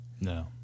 No